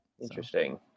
interesting